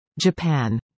Japan